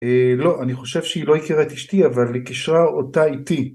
א...לא, אני חושב שהיא לא הכירה את אשתי, אבל היא קשרה אותה איתי.